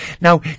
Now